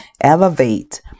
elevate